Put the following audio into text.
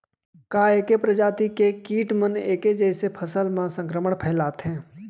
का ऐके प्रजाति के किट मन ऐके जइसे फसल म संक्रमण फइलाथें?